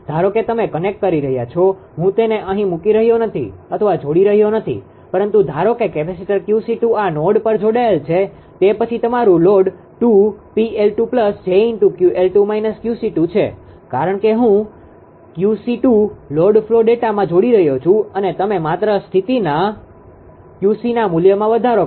ધારો કે તમે કનેક્ટ કરી રહ્યાં છો હું તેને અહીં મૂકી રહ્યો નથી અથવા જોડી રહ્યો નથી પરંતુ ધારો કે કેપેસિટર 𝑄𝐶2 આ નોડ પર જોડાયેલ છે તે પછી તમારું લોડ 2 𝑃𝐿2 𝑗𝑄𝐿2 − 𝑄𝐶2 છે કારણ કે હું 𝑄𝐶2 લોડ ફલો ડેટામાં જોડી રહ્યો છુ અને તમે માત્ર સ્થિતિના 𝑄𝐶 ના મૂલ્યમાં વધારો કરો